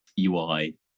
UI